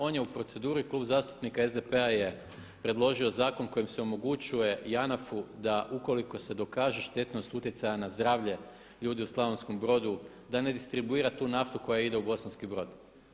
On je u proceduri i Klub zastupnika SDP-a je predložio zakon kojim se omogućuje JANAF-u da ukoliko se dokaže štetnost utjecaja na zdravlje ljudi u Slavonskom Brodu da ne distribuira tu naftu koja ide u Bosanski Brod.